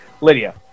Lydia